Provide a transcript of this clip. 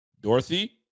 Dorothy